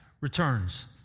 returns